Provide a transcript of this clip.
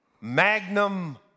Magnum